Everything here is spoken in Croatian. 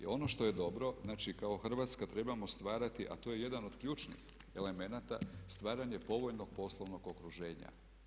I ono što je dobro, znači kao Hrvatska trebamo stvarati, a to je jedan od ključnih elemenata, stvaranje povoljnog poslovnog okruženja.